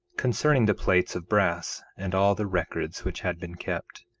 concerning the plates of brass, and all the records which had been kept,